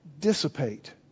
dissipate